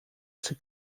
przy